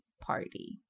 party